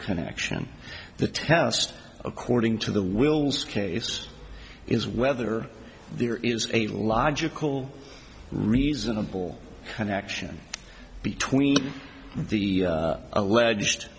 connection the test according to the wills case is whether there is a logical reasonable connection between the alleged